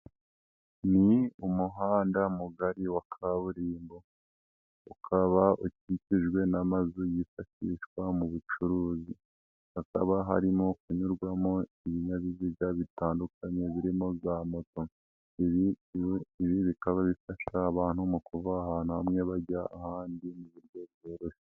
Ni umuhanda mugari wa kaburimbo, ukaba ukikijwe n'amazu yifashishwa mu bucuruzi, hakaba harimo kunyurwamo ibinyabiziga bitandukanye birimo za moto, ibi bikaba bifasha abantu mu kuva ahantu hamwe bajya ahandi mu buryo bworoshye.